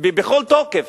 בכל תוקף